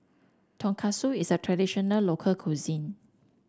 tonkatsu is a traditional local cuisine